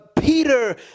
peter